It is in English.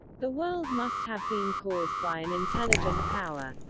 the world must have been caused by an intelligent power.